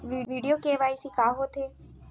video KYC का होथे